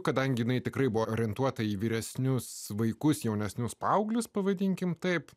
kadangi jinai tikrai buvo orientuota į vyresnius vaikus jaunesnius paauglius pavadinkime taip